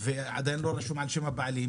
ועדיין לא רשום על שם הבעלים,